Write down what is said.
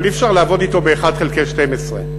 אבל אי-אפשר לעבוד אתו ב-1 חלקי 12,